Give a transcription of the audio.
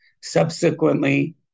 Subsequently